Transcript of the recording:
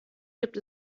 gibt